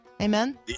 Amen